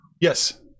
Yes